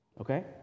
Okay